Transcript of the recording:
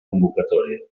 convocatòria